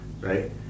right